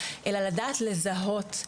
אלא לדעת לזהות.